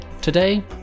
Today